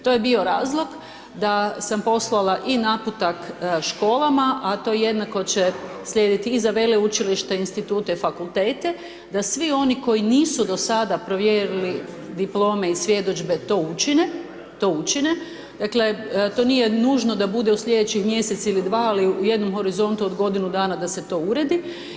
To je bio razlog da sam poslala i naputak školama, a to jednako će slijediti i za veleučilišta, institute, fakultete, da svi oni koji nisu do sada provjerili diplome i svjedodžbe da to učine, to učine, dakle to nije nužno da to bude u slijedećih mjesec ili dva ali u jednom horizontu od godinu dana da se to uredi.